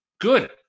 good